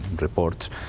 report